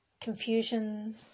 confusion